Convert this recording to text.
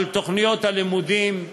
על תוכניות הלימודים,